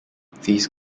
these